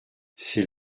ses